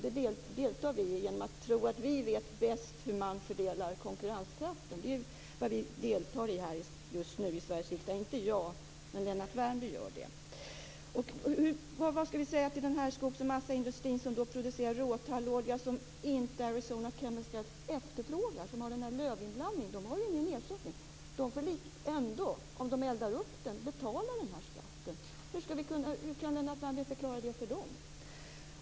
Detta deltar vi i just nu i Sveriges riksdag genom att tro att vi vet bäst - inte jag, men Lennart Värmby - hur konkurrenskraften skall fördelas. Vad skall vi säga till den skogs och massaindustri vilken producerar råtallolja med lövinblandning som inte Arizona Chemical efterfrågar? De får ju ingen ersättning. Om de eldar upp den får de ändå betala den här skatten. Hur kan Lennart Värmby förklara detta för dem?